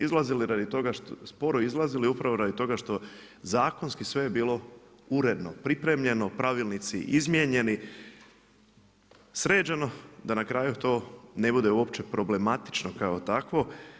Izlazili radi toga, sporo izlazili upravo radi toga što zakonski sve je bilo uredno pripremljeno, pravilnici izmijenjeni, sređeno da na kraju to ne bude uopće problematično kao takvo.